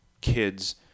kids